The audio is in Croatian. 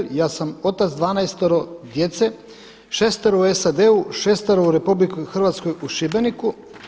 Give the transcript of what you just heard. Ja sam otac 12 djece, 6 u SAD-u, 6 u RH u Šibeniku.